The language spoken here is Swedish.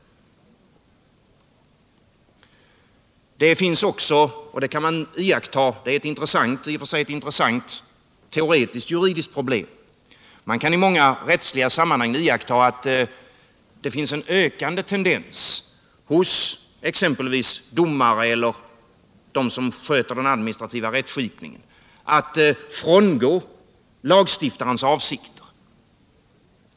Det finns också en ökande tendens, som man kan iaktta i många rättsliga sammanhang. Det är ett i och för sig intressant teoretiskt juridiskt problem hos exempelvis domare eller dem som sköter den adminitrativa rättsskip ningen att frångå lagstiftarens avsikter.